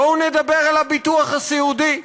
בואו נדבר על הביטוח הסיעודי.